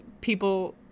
people